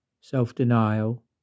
self-denial